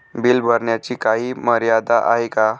Bill भरण्याची काही मर्यादा आहे का?